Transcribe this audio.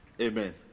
Amen